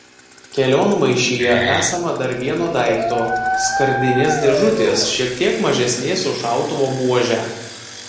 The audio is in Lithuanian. kelionmaišyje esama dar vieno daikto skardinės dėžutės šiek tiek mažesnės už šautuvo buožę